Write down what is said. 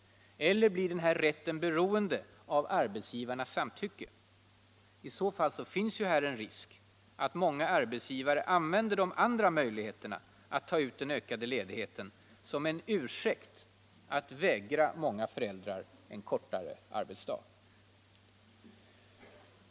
Eller blir denna rätt beroende av arbetsgivarnas samtycke? I så fall finns stor risk att många arbetsgivare använder de andra möjligheterna att ta ut den ökade ledigheten som en ursäkt för att vägra många föräldrar kortare arbetsdag.